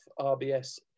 rbs